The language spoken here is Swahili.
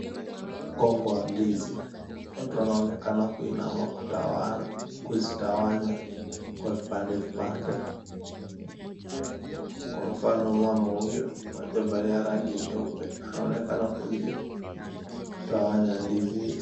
Mkongo wa ndizi. Watu wanaonekana kuinama kuzitawanya kwa vipande vipande kwa mfano mama huyo mwenye hajavalia rangi nyeupe anaoenakana kuzitawanya ndizi hizo.